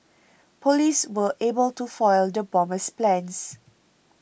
police were able to foil the bomber's plans